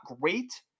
great